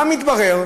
מה מתברר?